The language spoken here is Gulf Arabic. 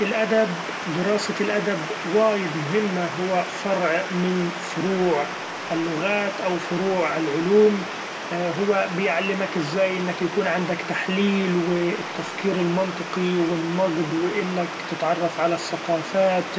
الأدب دراسة الأدب وايد مهمة هو فرع من فروع اللغات أو فروع العلوم ، هو بيعلمك ازاي إنك يكون عندك تحليل و التفكير المنطقي و النقد و إنك تتعرف علي الثقافات